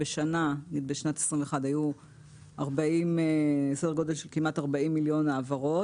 בשנת 2021 היו כמעט 40 מיליון העברות